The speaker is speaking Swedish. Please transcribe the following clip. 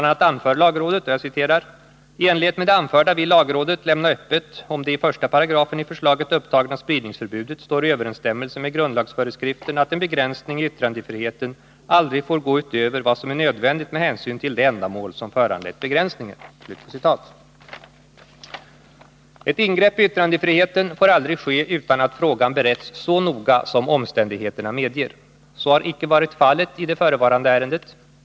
a. anför lagrådet: ”I enlighet med det anförda vill lagrådet lämna öppet om det i 1 § i förslaget upptagna spridningsförbudet står i överensstämmelse med grundlagsföreskriften att en begränsning i yttrandefriheten aldrig får gå utöver vad som är nödvändigt med hänsyn till det ändamål som föranlett begränsningen.” Ett ingrepp i yttrandefriheten får aldrig ske utan att frågan beretts så noga som omständigheterna medger. Så har icke varit fallet i det förevarande ärendet.